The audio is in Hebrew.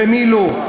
ועל מי לא.